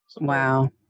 Wow